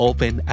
Open